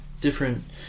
different